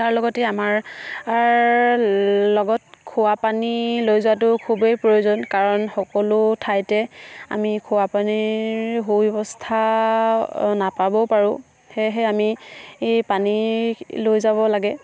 তাৰ লগতে আমাৰ লগত খোৱা পানী লৈ যোৱাটো খুবেই প্ৰয়োজন কাৰণ সকলো ঠাইতে আমি খোৱা পানীৰ সু ব্যৱস্থা নাপাবও পাৰোঁ সেয়েহে আমি এই পানী লৈ যাব লাগে